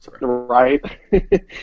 Right